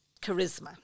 charisma